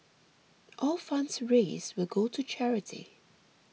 all funds raised will go to charity